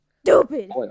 stupid